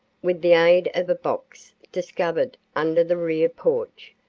with the aid of a box discovered under the rear porch,